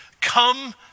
come